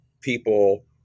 people